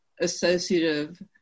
associative